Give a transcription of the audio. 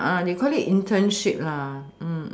uh they call it internship lah